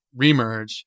Remerge